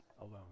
alone